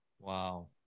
Wow